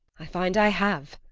i find i have,